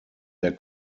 der